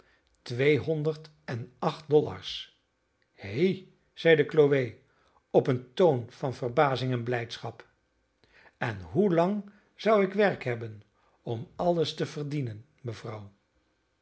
en acht dollars he zeide chloe op een toon van verbazing en blijdschap en hoelang zou ik werk hebben om alles te verdienen mevrouw